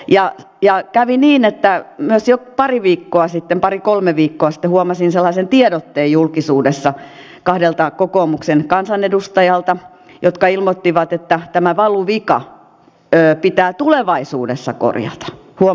ja kävi niin että myös jo parikolme viikkoa sitten huomasin sellaisen tiedotteen julkisuudessa kahdelta kokoomuksen kansanedustalta että he ilmoittivat että tämä valuvika pitää tulevaisuudessa korjata huom